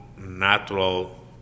natural